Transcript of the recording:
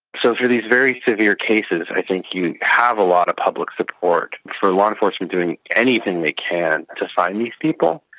so for these very severe cases i think you have a lot of public support for law enforcement doing anything they can to find these people.